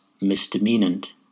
misdemeanant